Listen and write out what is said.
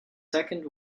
second